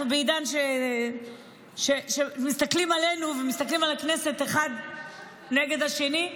אנחנו בעידן שמסתכלים עלינו ועל הכנסת כאחד נגד השני,